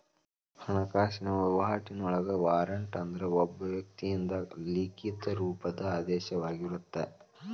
ಹಣಕಾಸಿನ ವಹಿವಾಟಿನೊಳಗ ವಾರಂಟ್ ಅಂದ್ರ ಒಬ್ಬ ವ್ಯಕ್ತಿಯಿಂದ ಲಿಖಿತ ರೂಪದ ಆದೇಶವಾಗಿರತ್ತ